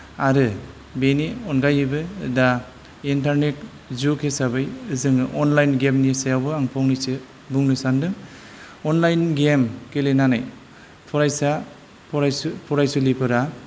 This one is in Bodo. आरो बेनि अनगायैबो दा इन्टारनेट जुग हिसाबै जोङो अनलाइन गेमनि सायावबो आङो फंनैसो बुंनो सान्दों अनलाइन गेम गेलेनानै फरायसा फरायसु फरायसुलिफोरा